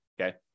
okay